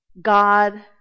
God